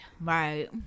Right